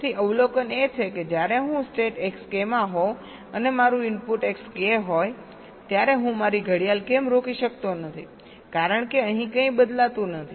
તેથી અવલોકન એ છે કે જ્યારે હું સ્ટેટ Xk માં હોઉં અને મારું ઇનપુટ Xk હોય ત્યારે હું મારી ઘડિયાળ કેમ રોકી શકતો નથી કારણ કે અહીં કંઈ બદલાતું નથી